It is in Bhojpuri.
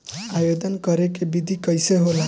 आवेदन करे के विधि कइसे होला?